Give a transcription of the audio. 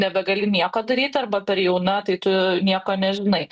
nebegali nieko daryt arba per jauna tai tu nieko nežinai